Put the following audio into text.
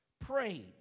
prayed